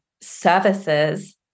services